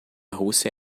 rússia